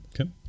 Okay